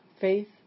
Faith